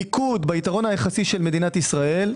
מיקוד ביתרון היחסי של מדינת ישראל,